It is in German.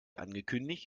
angekündigt